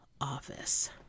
Office